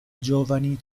giovani